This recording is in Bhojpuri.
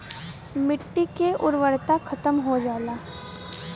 मट्टी के उर्वरता खतम हो जाला